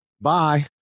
bye